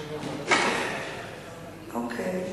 אוקיי.